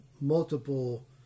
multiple